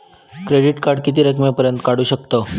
Credit card किती रकमेपर्यंत काढू शकतव?